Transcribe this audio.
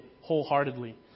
wholeheartedly